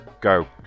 Go